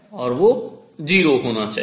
और वो 0 होना चाहिए